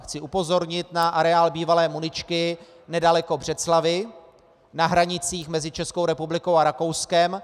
Chci upozornit na areál bývalé muničky nedaleko Břeclavi na hranicích mezi Českou republikou a Rakouskem.